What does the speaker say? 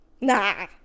Nah